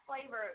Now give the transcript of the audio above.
flavor